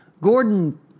Gordon